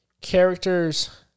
characters